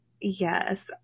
Yes